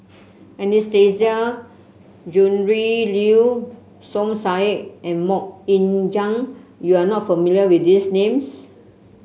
Anastasia Tjendri Liew Som Said and MoK Ying Jang you are not familiar with these names